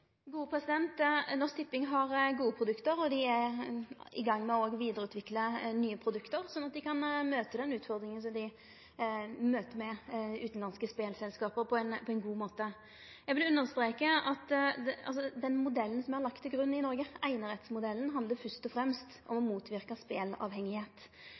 gode produkt, og dei er i gang med å vidareutvikle nye produkt for å møte utfordringane i møte med utanlandske spelselskap på ein god måte. Eg vil understreke at modellen som er lagd til grunn i Noreg – einerettsmodellen – først og fremst handlar om